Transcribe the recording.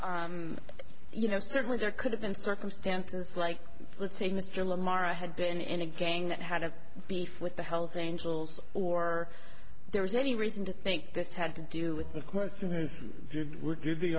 you know certainly there could have been circumstances like let's say mr lamar i had been in a gang that had a beef with the hell's angels or there was any reason to think this had to do with the